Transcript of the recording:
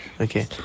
Okay